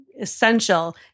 essential